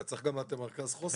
אתה צריך גם את מרכז החוסן.